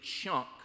chunk